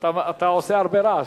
אתה עושה הרבה רעש.